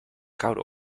koude